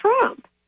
Trump